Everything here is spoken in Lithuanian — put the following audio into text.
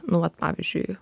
nu vat pavyzdžiui